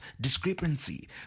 discrepancy